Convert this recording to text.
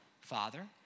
Father